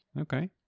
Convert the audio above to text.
okay